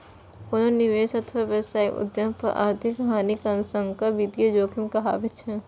कोनो निवेश अथवा व्यावसायिक उद्यम पर आर्थिक हानिक आशंका वित्तीय जोखिम कहाबै छै